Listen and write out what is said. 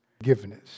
Forgiveness